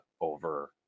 over